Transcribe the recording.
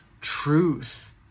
truth